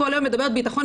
כל יום מדברת ביטחון,